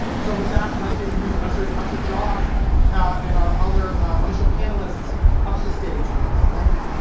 so with that i'd like to introduce an usher usher josh and our other initial panelists up to the stage please. thank you.